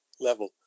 level